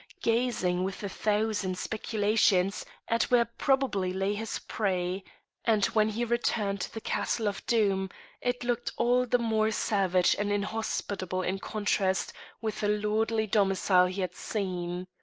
gazing with a thousand speculations at where probably lay his prey and when he returned to the castle of doom it looked all the more savage and inhospitable in contrast with the lordly domicile he had seen.